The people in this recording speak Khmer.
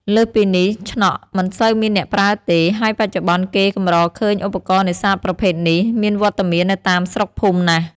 លើសពីនេះ ឈ្នក់ មិនសូវមានអ្នកប្រើទេ ហើយបច្ចុប្បន្ន គេកម្រឃើញឧបរណ៍នេសាទប្រភេទនេះ មានវត្តមាននៅតាមស្រុកភូមិណាស់។